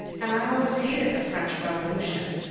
and i always hated the french revolution,